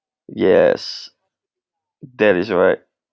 yes that is right